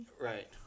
Right